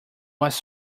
was